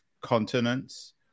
continents